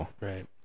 Right